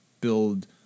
build